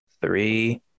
Three